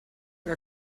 gar